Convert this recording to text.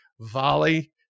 Volley